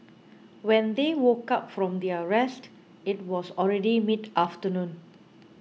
when they woke up from their rest it was already mid afternoon